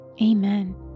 Amen